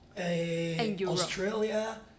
Australia